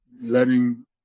letting